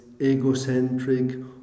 egocentric